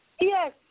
Yes